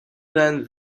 than